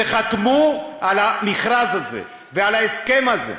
שחתמו על המכרז הזה ועל ההסכם הזה.